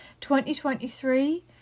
2023